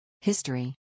History